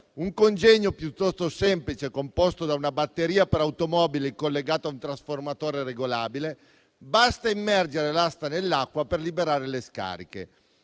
un congegno piuttosto semplice composto da una batteria per automobili collegata a un trasformatore regolabile. Basta immergere l'asta nell'acqua per liberare le scariche.